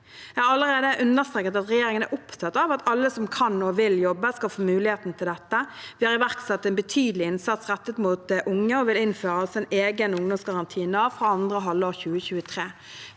Jeg har allerede understreket at regjeringen er opptatt av at alle som kan og vil jobbe, skal få muligheten til dette. Vi har iverksatt en betydelig innsats rettet mot unge og vil innføre en egen ungdomsgaranti i Nav fra andre halvår 2023.